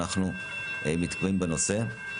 אנחנו מתקדמים בנושא.